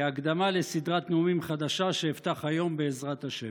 כהקדמה לסדרת נאומים חדשה שאפתח היום, בעזרת השם.